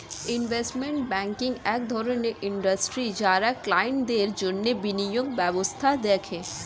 investment banking এক ধরণের industry যারা ক্লায়েন্টদের জন্যে বিনিয়োগ ব্যবস্থা দেখে